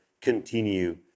continue